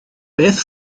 beth